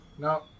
No